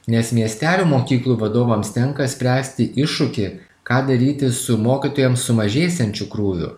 nes miestelių mokyklų vadovams tenka spręsti iššūkį ką daryti su mokytojams sumažėsiančiu krūviu